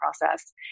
process